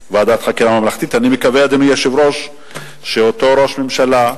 ממלכתית, דוח המבקר מספיק.